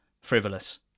frivolous